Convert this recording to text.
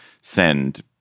send